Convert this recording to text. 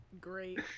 Great